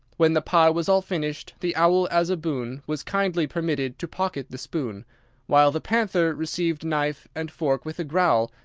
when the pie was all finished, the owl, as a boon, was kindly permitted to pocket the spoon while the panther received knife and fork with a growl,